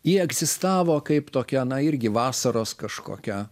ji egzistavo kaip tokia na irgi vasaros kažkokia